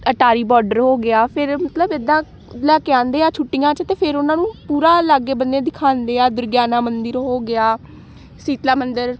Attari border ਹੋ ਗਿਆ ਫਿਰ ਮਤਲਬ ਇੱਦਾਂ ਲੈ ਕੇ ਆਉਂਦੇ ਆ ਛੁੱਟੀਆਂ 'ਚ ਅਤੇ ਫਿਰ ਉਹਨਾਂ ਨੂੰ ਪੂਰਾ ਲਾਗੇ ਬੰਨੇ ਦਿਖਾਉਂਦੇ ਆ ਦੁਰਗਿਆਨਾ ਮੰਦਰ ਹੋ ਗਿਆ ਸੀਤਲਾ ਮੰਦਰ